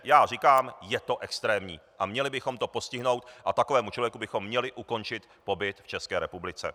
Já říkám, je to extrémní a měli bychom to postihnout a takovému člověku bychom měli ukončit pobyt v České republice.